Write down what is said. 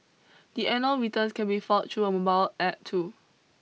the annual returns can be filed through a mobile App too